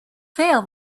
fail